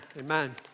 amen